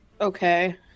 Okay